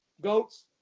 GOATs